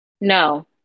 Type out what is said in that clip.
No